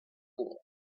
war